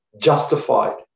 justified